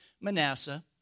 Manasseh